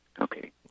Okay